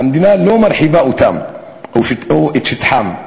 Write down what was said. המדינה לא מרחיבה אותם או את שטחם,